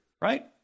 right